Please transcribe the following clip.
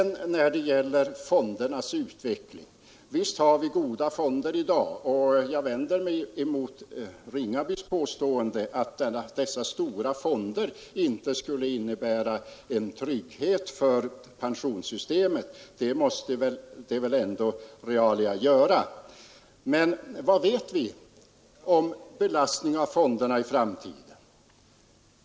När det gäller fondernas utveckling vill jag säga att visst har vi goda fonder i dag, och jag vänder mig mot herr Ringabys påstående att dessa stora fonder inte skulle innebära en trygghet för pensionssystemet. Det måste de väl ändå realiter göra. Men vad vet vi om belastningen på fonderna i framtiden?